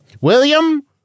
William